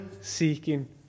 seeking